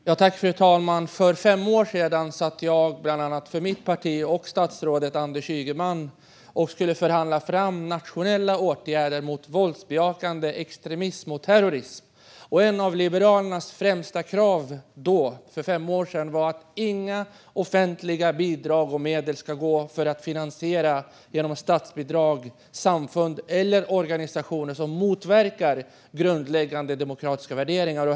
Fru talman! För fem år sedan satt bland andra jag för mitt parti och statsrådet Anders Ygeman och skulle förhandla fram nationella åtgärder mot våldsbejakande extremism och terrorism. Ett av Liberalernas främsta krav då, för fem år sedan, var att inga offentliga bidrag och medel skulle gå till att genom statsbidrag finansiera samfund eller organisationer som motverkar grundläggande demokratiska värderingar.